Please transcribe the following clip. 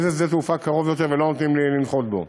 איזה שדה-תעופה קרוב יותר ולא נותנים לנחות בו?